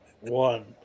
one